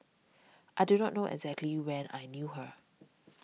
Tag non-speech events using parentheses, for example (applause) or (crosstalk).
I do not know exactly when I knew her (noise)